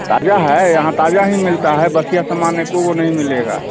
ताज़ा है यहाँ ताज़ा ही मिलता है बसिया सामान एको गो नहीं मिलेगा